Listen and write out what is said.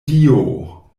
dio